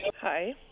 Hi